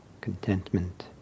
contentment